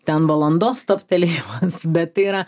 ten valandos stabtelėjimas bet tai yra